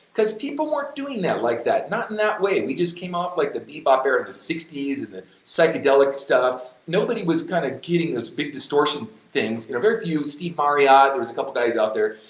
because people weren't doing that like that not in that way, we just came off like the bebop there in the sixty s and psychedelic stuff, nobody was kind of kidding those big distortion things you know very few, steve marriott, there was a couple guys out there.